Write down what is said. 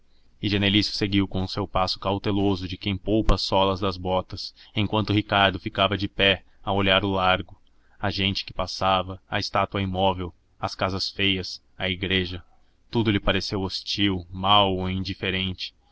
bem e genelício seguiu com o seu passo cauteloso de quem poupa as solas das botas enquanto ricardo ficava de pé a olhar o largo a gente que passava a estátua imóvel as casas feias a igreja tudo lhe pareceu hostil mau ou indiferente